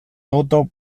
toto